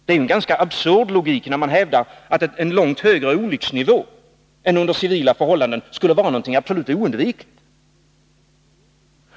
Det är en ganska absurd logik när man hävdar att en långt högre olycksnivå än under civila förhållanden skulle vara någonting absolut oundvikligt.